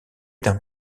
d’un